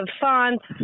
fonts